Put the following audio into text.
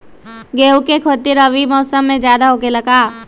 गेंहू के खेती रबी मौसम में ज्यादा होखेला का?